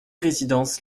résidence